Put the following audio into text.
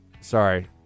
sorry